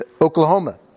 Oklahoma